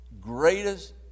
greatest